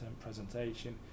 presentation